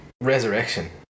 resurrection